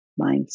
mindset